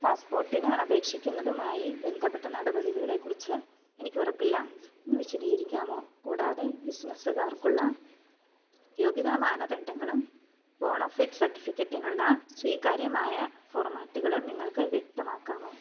പാസ്പോർട്ടിന് അപേക്ഷിക്കുന്നതുമായി ബന്ധപ്പെട്ട നടപടികളെക്കുറിച്ച് എനിക്കുറപ്പില്ല ഒന്ന് വിശദീകരിക്കാമോ കൂടാതെ ബിസിനസ്സ്കാർക്കുള്ള യോഗ്യതാ മാനദണ്ഡങ്ങളും ബോണഫൈഡ് സർട്ടിഫിക്കറ്റിനുള്ള സ്വീകാര്യമായ ഫോർമാറ്റുകളും നിങ്ങൾക്ക് വ്യക്തമാക്കാമോ